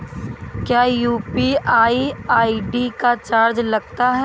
क्या UPI ID का charge लगता है?